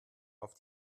auf